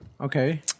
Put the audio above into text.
Okay